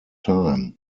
time